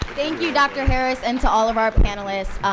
you dr. harris and to all of our panelists.